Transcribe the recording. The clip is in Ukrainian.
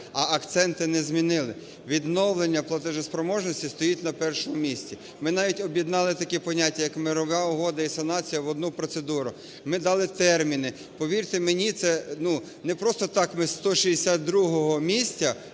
а акценти не змінили – відновлення платоспроможності стоїть на першому місці. Ми навіть об'єднали такі поняття як "мирова угода" і "санація" в одну процедуру. Ми дали терміни. Повірте мені, ну, не просто так ми з 162 місця